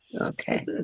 Okay